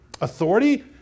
Authority